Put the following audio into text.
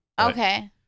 Okay